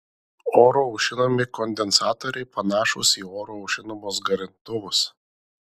oru aušinami kondensatoriai panašūs į oru aušinamus garintuvus